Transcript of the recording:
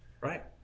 right